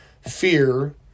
fear